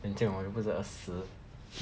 then 这样我也不是二十